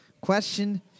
question